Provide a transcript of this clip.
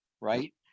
right